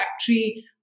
factory